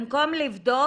במקום לבדוק